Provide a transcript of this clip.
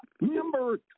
Number